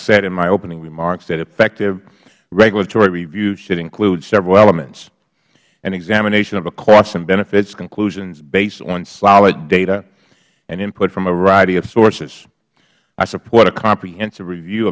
said in my opening remarks that effective regulatory review should include several elements an examination of the costs and benefits conclusions based on solid data and input from a variety of sources i support a comprehensive review